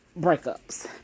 breakups